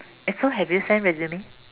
eh so have you sent resume